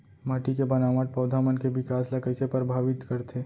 माटी के बनावट पौधा मन के बिकास ला कईसे परभावित करथे